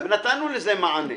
ונתנו לזה מענה.